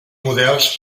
models